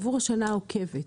עבור השנה העוקבת.